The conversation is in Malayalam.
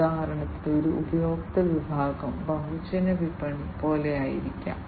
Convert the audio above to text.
ഉദാഹരണത്തിന് ഒരു ഉപഭോക്തൃ വിഭാഗം ബഹുജന വിപണി പോലെയായിരിക്കാം